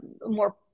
more